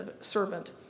servant